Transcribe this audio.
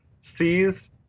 sees